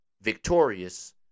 victorious